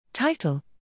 Title